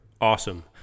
Awesome